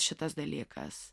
šitas dalykas